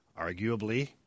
arguably